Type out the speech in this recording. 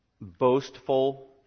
boastful